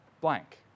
blank